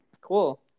Cool